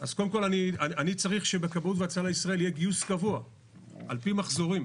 אז אני צריך שבכבאות והצלה ישראל יהיה גיוס קבוע על פי מחזורים